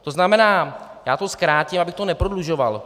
To znamená já to zkrátím, abych to neprodlužoval.